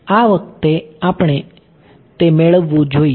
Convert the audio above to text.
આ વખતે આપણે તે મેળવવું જોઈએ